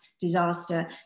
disaster